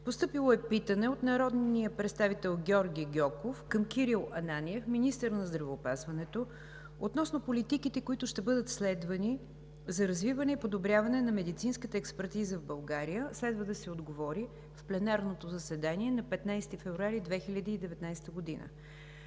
2019 г.; - от народния представител Георги Гьоков към Кирил Ананиев – министър на здравеопазването, относно политиките, които ще бъдат следвани за развиване и подобряване на медицинската експертиза в България. Следва да се отговори в пленарното заседание на 15 февруари 2019 г.;